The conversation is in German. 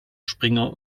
springer